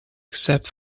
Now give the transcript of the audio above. except